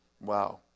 Wow